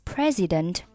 President